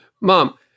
Mom